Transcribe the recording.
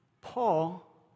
Paul